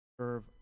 serve